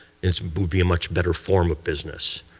it will be a much better form of business.